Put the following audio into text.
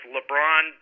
LeBron